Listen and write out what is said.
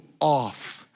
off